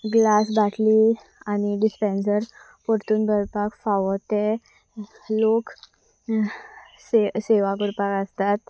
glass बाटली आनी dispenser परतून भरपाक फावो ते लोक सेवा करपाक आसतात